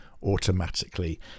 automatically